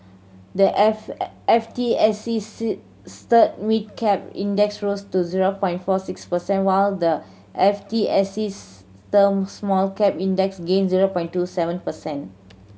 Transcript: the F T S E Mid Cap Index rose to zero by four six percent while the F T S E Small Cap Index gained zero by two seven percent